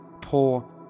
poor